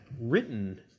written